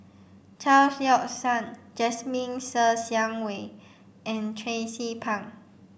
Chao Yoke San Jasmine Ser Xiang Wei and Tracie Pang